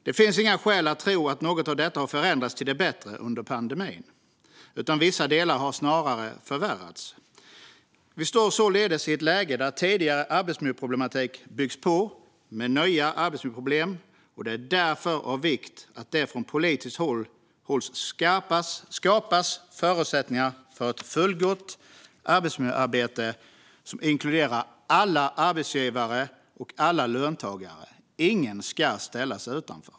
Det finns inga skäl att tro att något av detta har förändrats till det bättre under pandemin. Vissa delar har snarare förvärrats. Vi står således i ett läge där tidigare arbetsmiljöproblematik byggs på med nya arbetsmiljöproblem. Det är därför av vikt att det från politiskt håll skapas förutsättningar för ett fullgott arbetsmiljöarbete som inkluderar alla arbetsgivare och alla löntagare. Ingen ska ställas utanför.